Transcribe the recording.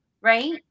right